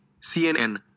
CNN